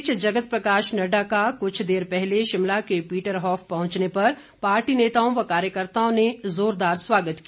इस बीच जगत प्रकाश नड़्डा का कुछ देर पहले शिमला के पीटर हॉफ पहुंचने पर पार्टी नेताओं व कार्यकर्ताओं ने उनका जोरदार स्वागत किया